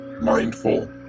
mindful